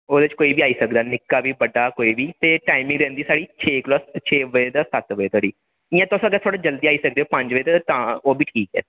ओह्दे च कोई बी आई सकदा निक्का बड्डा कोई बी ते टाईमिंग रौहंदी साढ़ी छे बजे कोला लेइयै सत्त बजे तोड़ी इंया तुस जल्दी आई सकदे पंज बजे तोड़ी तां ओह्बी होई सकदा ऐ